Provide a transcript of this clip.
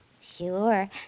Sure